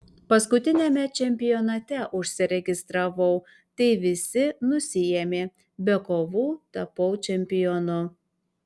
paskutiniame čempionate užsiregistravau tai visi nusiėmė be kovų tapau čempionu